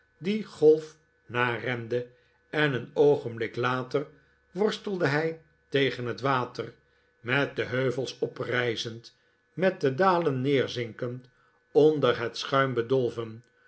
die golf na rende en een oogenblik later worstelde hij tegen het water met de heuvels oprijzend met de dalen neerzinkend onder het schuim bedolven